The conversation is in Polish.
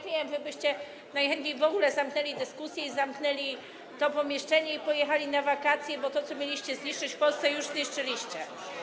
Wiem, że wy byście najchętniej w ogóle zamknęli dyskusję, zamknęli to pomieszczenie i pojechali na wakacje, bo to, co mieliście zniszczyć w Polsce, już zniszczyliście.